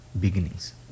beginnings